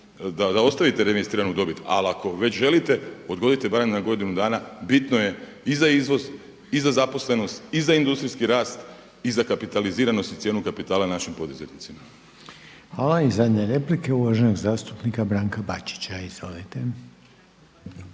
da ostavite reinvestiranu dobit ali ako već želite odgodite barem na godinu dana bitno je i za izvoz, i za zaposlenosti, i za industrijski rast i za kapitaliziranost i cijenu kapitala našim poduzetnicima. **Reiner, Željko (HDZ)** Hvala. I zadnja replika je uvaženog zastupnika Branka Bačića.